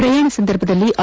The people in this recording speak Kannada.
ಪ್ರಯಾಣ ಸಂದರ್ಭದಲ್ಲಿ ಐ